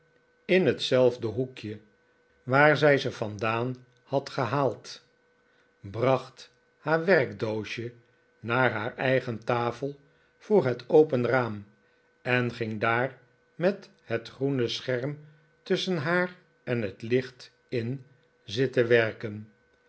in hetzelfde hoekje waar zij ze vandaan had gehaald bracht haar weikdoosje naar haar eigen tafel voor het open raam en ging daar met het groene scherm tusschen haar en het licht in zitten werken